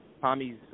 Tommy's